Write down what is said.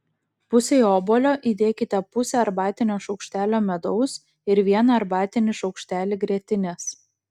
pusei obuolio įdėkite pusę arbatinio šaukštelio medaus ir vieną arbatinį šaukštelį grietinės